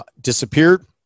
disappeared